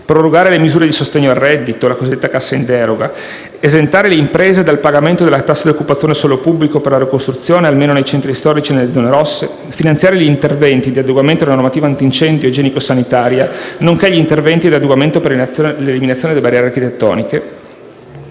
prorogare le misure di sostegno al reddito - la cosiddetta cassa in deroga - di esentare le imprese dal pagamento della tassa di occupazione del suolo pubblico per la ricostruzione, almeno nei centri storici e nelle zone rosse, di finanziare gli interventi di adeguamento alla normativa antincendio e igienico-sanitaria, nonché gli interventi di adeguamento per l'eliminazione delle barriere architettoniche,